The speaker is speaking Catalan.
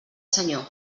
senyor